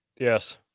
Yes